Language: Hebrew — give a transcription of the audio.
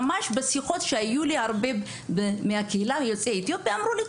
בשיחות שהיו לי עם קהילת יוצאי אתיופיה אמרו לי,